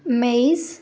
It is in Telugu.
మేయిస్